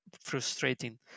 frustrating